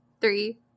three